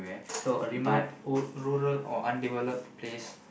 so a remote u~ rural or undeveloped place